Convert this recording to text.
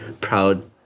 proud